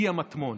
"אי המטמון".